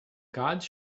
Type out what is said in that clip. gods